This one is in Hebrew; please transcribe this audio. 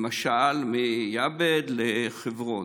למשל מיעבד לחברון,